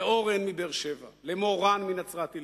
לאורן מבאר-שבע, למורן מנצרת-עילית,